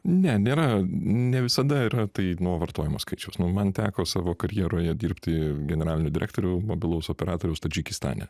ne nėra ne visada yra tai nuo vartojimo skaičiaus nu man teko savo karjeroje dirbti generaliniu direktoriu mobilaus operatoriaus tadžikistane